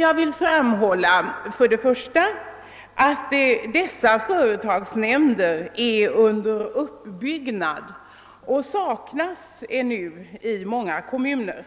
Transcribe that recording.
Jag vill för det första framhålla att dessa företagsnämnder är under uppbyggnad och att de ännu saknas i många kommuner.